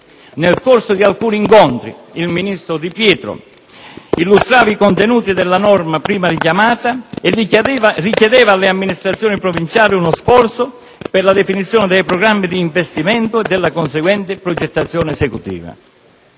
Nel corso di alcuni incontri il ministro Di Pietro illustrava i contenuti della norma prima richiamata e richiedeva alle amministrazioni provinciali uno sforzo per la definizione dei programmi di investimento e della conseguente progettazione esecutiva.